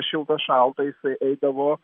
šilta šalta jisai eidavo